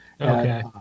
Okay